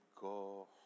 go